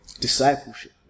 Discipleship